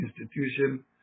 institution